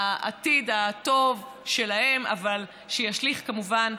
לעתיד הטוב שלהם, אבל ישליך, כמובן,